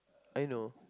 I know